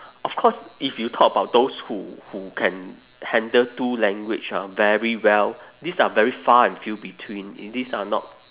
of course if you talk about those who who can handle two language ah very well these are very far and few between these are not